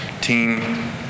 team